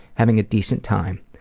having a decent time.